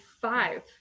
five